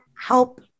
help